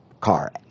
car